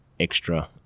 extra